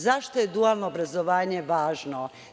Zašto je dualno obrazovanje važno?